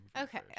Okay